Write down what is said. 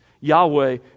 Yahweh